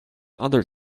other